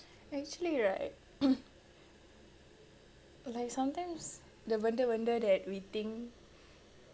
actually right like sometimes the benda-benda that we think